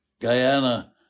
Guyana